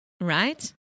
right